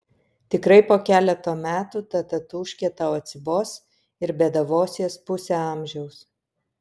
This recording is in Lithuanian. tikrai po keleto metų ta tatūškė tau atsibos ir bėdavosies pusę amžiaus